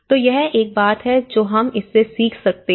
तो यह एक बात है जो हम इससे सीख सकते हैं